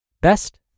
Best